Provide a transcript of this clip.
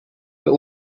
but